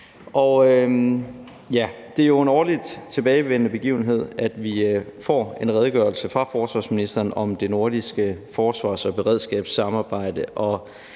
Det er jo en årligt tilbagevendende begivenhed, at vi får en redegørelse fra forsvarsministeren om det nordiske forsvars- og beredskabssamarbejde.